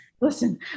Listen